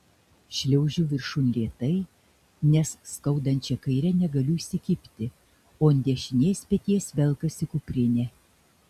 šliaužiu viršun lėtai nes skaudančia kaire negaliu įsikibti o ant dešinės peties velkasi kuprinė